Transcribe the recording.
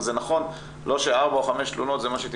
לא שארבע או חמש תלונות זה מה שהייתי